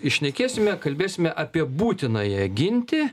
ir šnekėsime kalbėsime apie būtinąją gintį